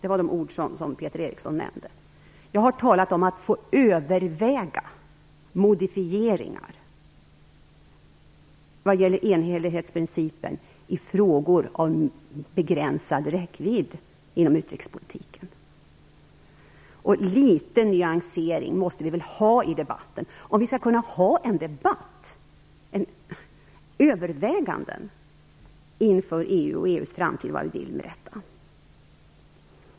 Det var de ord som Peter Eriksson nämnde. Jag har talat om att få överväga modifieringar vad gäller enhällighetsprincipen i frågor av begränsad räckvidd inom utrikespolitiken. Litet nyansering måste vi väl ha i debatten om vi skall kunna ha en debatt. Överväganden inför EU och EU:s framtid är vad vi vill med detta.